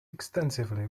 extensively